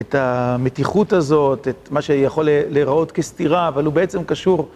את המתיחות הזאת, את מה שיכול להיראות כסתירה, אבל הוא בעצם קשור...